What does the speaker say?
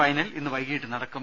final ഇന്ന് വൈകീട്ട് നടക്കും